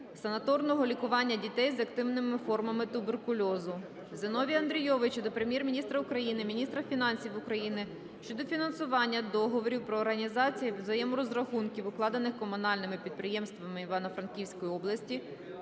санаторного лікування дітей з активними формами туберкульозу. Зіновія Андрійовича до Прем'єр-міністра України, міністра фінансів України щодо фінансування "договорів про організацію взаєморозрахунків" укладених комунальними підприємствами Івано-Франківської області